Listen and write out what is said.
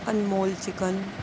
Anmol chicken